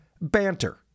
banter